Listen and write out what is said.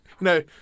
No